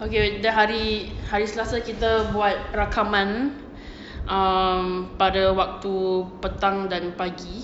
okay dia hari hari selasa kita buat rakaman um pada waktu petang dan pagi